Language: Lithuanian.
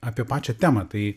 apie pačią temą tai